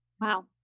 wow